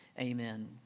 Amen